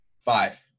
five